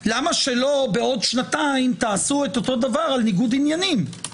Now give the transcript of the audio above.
למה שלא בעוד שנתיים תעשו אתו דבר על ניגוד עניינים?